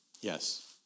Yes